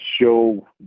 show